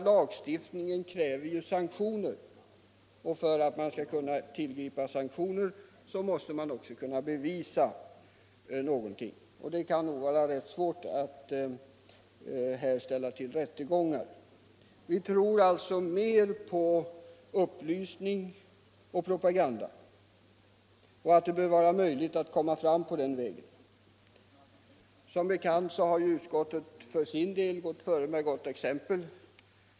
Lagstiftning kräver ju sanktioner, och för att man skall kunna tillgripa sanktioner måste man kunna bevisa någonting. Det kan nog vara rätt svårt att i detta sammanhang ställa till rättegångar. Vi tror alltså mer på upplysning och propaganda och anser att det bör vara möjligt att komma fram på den vägen. Som bekant har utskottet för sin del gått före med gott exempel.